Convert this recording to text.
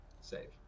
save